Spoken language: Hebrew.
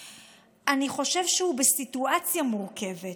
ממשיך, אני חושב שהוא בסיטואציה מורכבת.